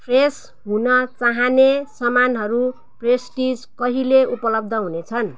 fresh हुन चाहिने समानहरू पेस्ट्रिज कहिले उपलब्ध हुनेछन्